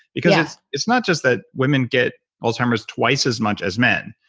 because it's not just that women get alzheimer's twice as much as men,